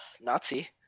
Nazi